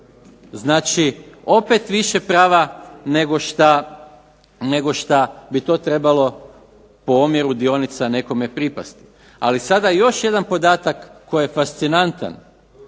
Znači opet više prava nego šta bi to trebalo po omjeru dionica nekome pripasti. Ali sada još jedan podatak koji je fascinantan.